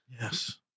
Yes